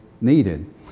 needed